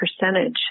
percentage